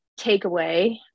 takeaway